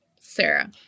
Sarah